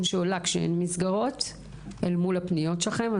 שעולה כשאין מסגרות אל מול הפניות שלכם.